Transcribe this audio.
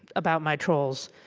about my trolls.